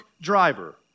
driver